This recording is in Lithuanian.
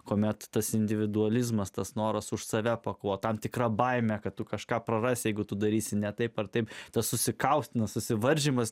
kuomet tas individualizmas tas noras už save pakovot tam tikra baime kad tu kažką praras jeigu tu darysi ne taip ar taip tas susikaustymas susivaržymas